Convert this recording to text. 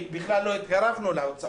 בכלל לא התקרבנו אליה.